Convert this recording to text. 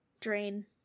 Drain